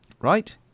Right